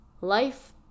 Life